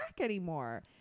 anymore